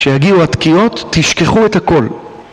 כשיגיעו התקיעות תשכחו את הכל